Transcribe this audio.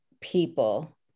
people